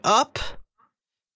up